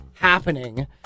happening